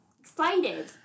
excited